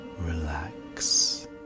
relax